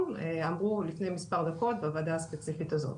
אמרו לפני מספר דקות בוועדה הספציפית הזו.